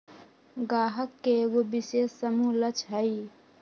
गाहक के एगो विशेष समूह लक्ष हई